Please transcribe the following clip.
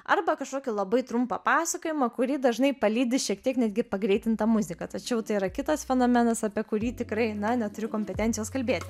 arba kažkokį labai trumpą pasakojimą kurį dažnai palydi šiek tiek netgi pagreitinta muzika tačiau tai yra kitas fenomenas apie kurį tikrai na neturiu kompetencijos kalbėti